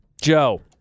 Joe